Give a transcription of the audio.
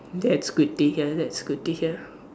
that's good to hear that's good to hear